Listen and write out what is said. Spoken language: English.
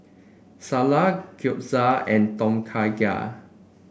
Salsa Gyoza and Tom Kha Gai